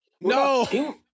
no